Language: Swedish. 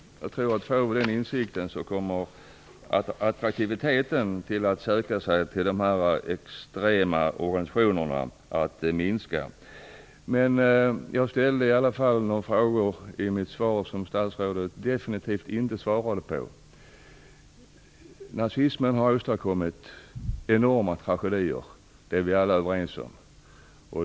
Om vi får den insikten kommer det inte att vara så attraktivt att söka sig till dessa extrema organisationer. Jag ställde några frågor till statsrådet som hon definitivt inte svarade på. Nazismen har åstadkommit enorma tragedier. Det är vi alla överens om.